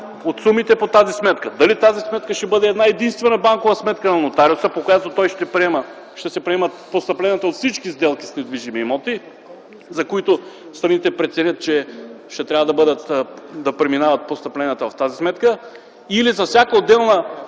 от сумите по тази сметка? Дали тази сметка ще бъде една-единствена банкова сметка на нотариуса, по която ще се приемат постъпленията от всички сделки с недвижими имоти, за които страните преценят, че ще трябва постъпленията да минават в тази сметка, или за всяка отделна